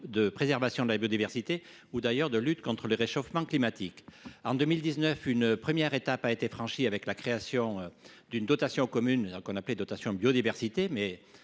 de préservation de la biodiversité ou de lutte contre le réchauffement climatique. En 2019, une première étape a été franchie avec la création d’une dotation commune appelée dotation de soutien aux